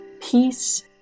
Peace